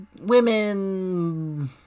Women